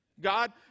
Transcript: God